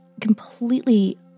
completely